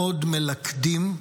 מאוד מלכדים,